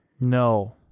No